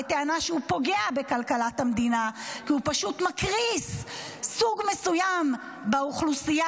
בטענה שהוא פוגע בכלכלת המדינה כי הוא פשוט מקריס סוג מסוים באוכלוסייה,